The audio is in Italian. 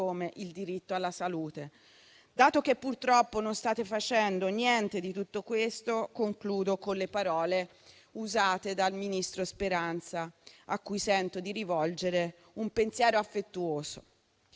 come il diritto alla salute. Dato che purtroppo non state facendo niente di tutto questo, concludo con le parole usate dal ministro Speranza, a cui sento di rivolgere un pensiero affettuoso: